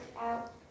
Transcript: out